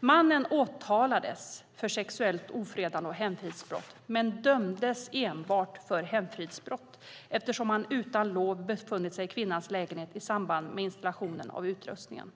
Mannen åtalades för sexuellt ofredande och hemfridsbrott, men han dömdes enbart för hemfridsbrott eftersom han utan lov hade befunnit sig i kvinnans lägenhet i samband med installationen av utrustningen.